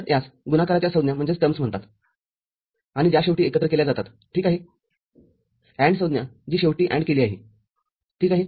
तरयास गुणाकाराच्या संज्ञा म्हणतात आणि ज्या शेवटी एकत्र केल्या जातात ठीक आहे AND संज्ञा जी शेवटी AND केली आहे ठीक आहे